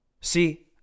See